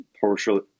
partially